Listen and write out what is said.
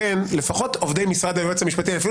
לפחות עובדי משרד היועץ המשפטי אפילו